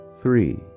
three